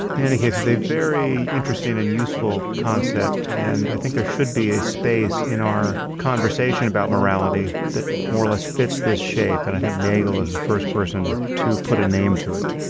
in any case, it's a very interesting and useful concept and i think there should be a space in our conversation about morality that more or less fits this shape and i think nagle is the first person to put a name to it.